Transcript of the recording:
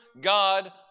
God